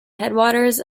headwaters